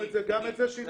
את זה שינינו מאז.